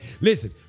Listen